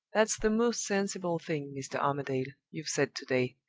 that's the most sensible thing, mr. armadale, you've said to-day,